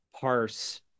parse